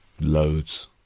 Loads